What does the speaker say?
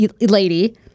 Lady